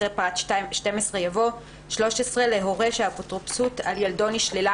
אחרי פרט 12 יבוא: "13.להורה שהאפוטרופסות על ילדו נשללה